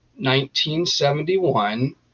1971